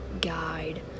guide